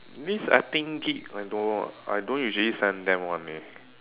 I think I don't know ah I don't usually send them one leh